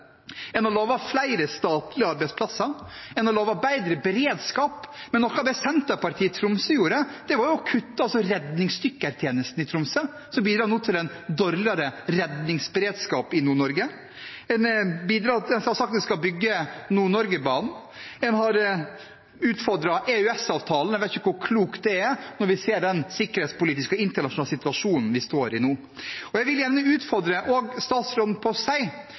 En har lovet flere statlige arbeidsplasser. En har lovet bedre beredskap, men noe av det Senterpartiet i Tromsø gjorde, var å kutte redningsdykkertjenesten i Nord-Norge, som bidrar nå til en dårligere redningsberedskap i Nord-Norge. En har sagt at en skal bygge Nord-Norge-banen. En har utfordret EØS-avtalen, og jeg vet ikke hvor klokt det er når vi ser den sikkerhetspolitiske og internasjonale situasjonen vi står i nå. Jeg vil også gjerne utfordre statsråden på